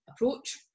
approach